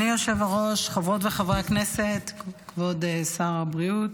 חברות וחברי הכנסת, כבוד שר הבריאות,